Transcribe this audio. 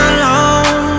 alone